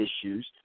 issues